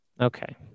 Okay